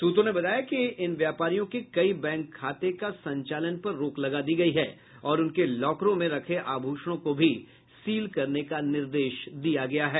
सूत्रों ने बताया कि उन व्यापारियों के कई बैक खाता के संचालन पर रोक लगा दी गई है और उनके लॉकरों मे रखे आभूषणों को भी सील करने का निर्देश दिया गया है